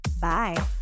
Bye